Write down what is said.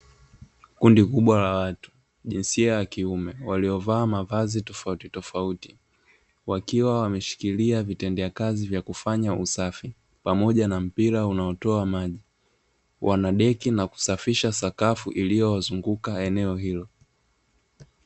Kundi kubwa la watu, jinsia ya kiume, waliovaa mavazi tofautitofauti. Wakiwa wameshikilia vitendea kazi vya kufanya usafi, pamoja na mpira unaotoa maji. Wanadeki na kusafisha sakafu iliyowazunguka eneo hilo.